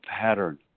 pattern